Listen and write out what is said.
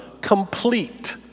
complete